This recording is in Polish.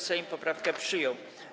Sejm poprawkę przyjął.